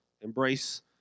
Embrace